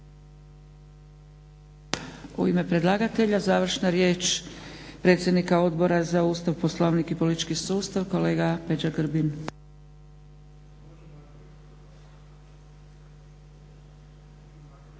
U ime predlagatelja završna riječ predsjednika Odbora za Ustav, Poslovnik i politički sustav kolega Peđa Grbin.